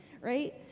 right